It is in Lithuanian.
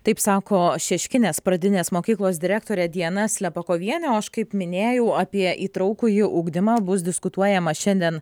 taip sako šeškinės pradinės mokyklos direktorė diana slepakovienė o aš kaip minėjau apie įtraukųjį ugdymą bus diskutuojama šiandien